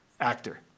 actor